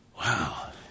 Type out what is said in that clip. Wow